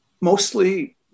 mostly